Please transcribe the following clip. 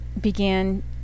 began